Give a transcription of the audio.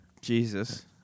Jesus